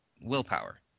willpower